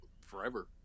forever